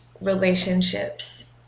relationships